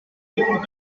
tipos